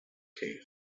key